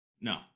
No